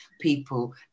people